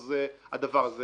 אז הדבר הזה